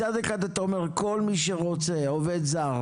מצד אחד אתה אומר, כל מי שרוצה עובד זר